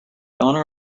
owner